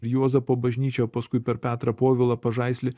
juozapo bažnyčia paskui per petrą povilą pažaislį